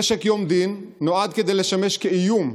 נשק יום דיון נועד לשמש כאיום,